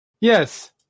Yes